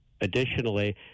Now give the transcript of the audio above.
additionally